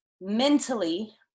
mentally